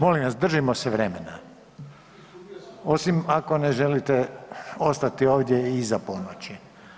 Molim vas držimo se vremena osim ako ne želite ostati ovdje iza ponoći.